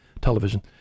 television